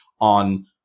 on